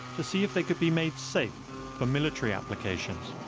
to see if they could be made safe for military applications.